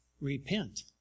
repent